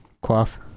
Quaff